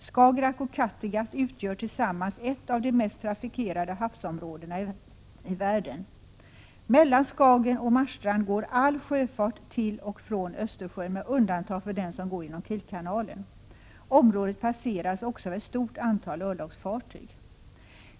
Skagerrak och Kattegatt utgör tillsammans ett av de mest trafikerade havsområdena i världen. Mellan Skagen och Marstrand går all sjöfart till och från Östersjön, med undantag för den som går genom Kielkanalen. Området passeras också av ett stort antal örlogsfartyg.